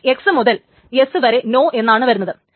IX മുതൽ S വരെ no എന്നാണ് വരുന്നത്